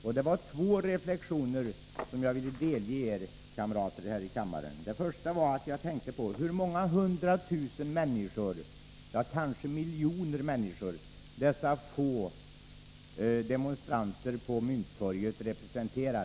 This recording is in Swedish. Jag gjorde två reflexioner, som jag vill delge er, kamrater här i kammaren. Den första reflektionen gällde de många hundra tusen människor — ja kanske miljoner människor — som dessa få demonstranter på Mynttorget representerade.